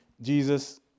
Jesus